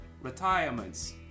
retirements